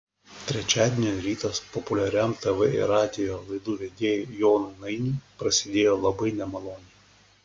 trečiadienio rytas populiariam tv ir radijo laidų vedėjui jonui nainiui prasidėjo labai nemaloniai